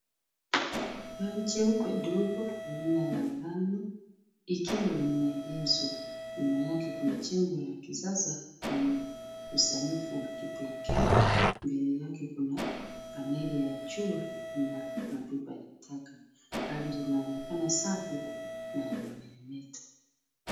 Gari jeupe ndogo aina ya van ikiwa limeegezwa. Nyuma yake kuna jengo la kisasa lenye usanifu wa kipekee. Mbele yake kuna miale ya jua na mapipa ya taka. Gari linaonekana safi na linameremeta.